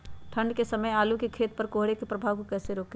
ठंढ के समय आलू के खेत पर कोहरे के प्रभाव को कैसे रोके?